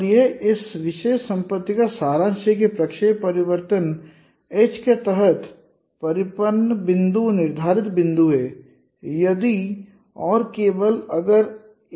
और यह इस विशेष संपत्ति का सारांश है कि प्रक्षेप्य परिवर्तन एच के तहत परिपत्र बिंदु निर्धारित बिंदु हैं यदि और केवल अगर एच एक समानता है